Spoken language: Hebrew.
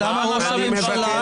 אתם פועלים בחוסר סמכות מוחלטת.